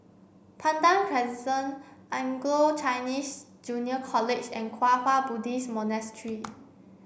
Pandan Crescent Anglo Chinese Junior College and Kwang Hua Buddhist Monastery